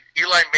Eli